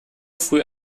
früh